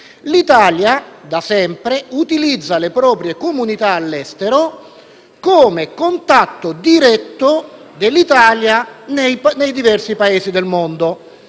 L'Italia da sempre utilizza le proprie comunità all'estero come contatto diretto nei diversi Paesi del mondo.